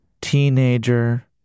teenager